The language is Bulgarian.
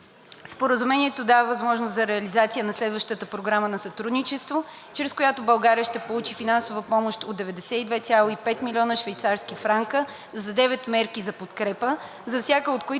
Споразумението дава възможност за реализация на следващата програма за сътрудничество, чрез която България ще получи финансова помощ от 92,5 милиона швейцарски франка за 9 мерки за подкрепа, за всяка от които